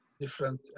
different